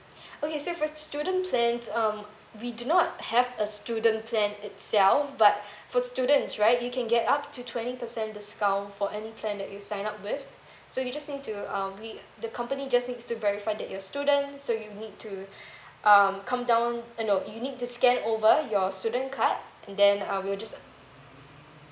okay so for student plans um we do not have a student plan itself but for students right you can get up to twenty per cent discount for any plan that you sign up with so you just need to um we the company just needs to verify that you're student so you need to um come down uh no you need to scan over your student card and then um we'll just